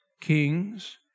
kings